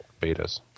betas